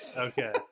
okay